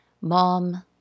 mom